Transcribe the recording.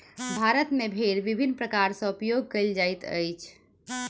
भारत मे भेड़क विभिन्न प्रकार सॅ उपयोग कयल जाइत अछि